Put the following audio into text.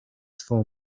swą